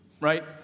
right